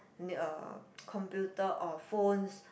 uh computer or phones